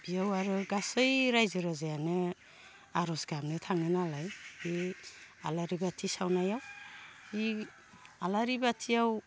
बियाव आरो गासै रायजो राजायानो आर'ज गाबनो थाङोनालाय बे आलारि बाथि सावनायाव बि आलारि बाथियाव